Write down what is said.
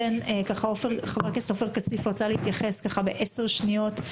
חבר הכנסת עופר כסיף רצה להתייחס ב-10 שניות.